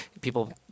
People